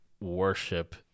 worship